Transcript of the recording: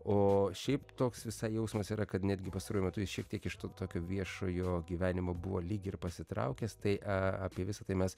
o šiaip toks visai jausmas yra kad netgi pastaruoju metu jis šiek tiek iš to tokio viešojo gyvenimo buvo lyg ir pasitraukęs tai a apie visa tai mes